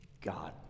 God